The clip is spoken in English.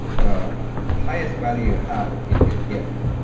the highest value you have is your gift,